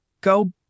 go